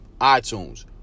iTunes